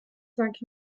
cinq